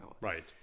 Right